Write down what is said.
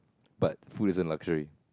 but food is a luxury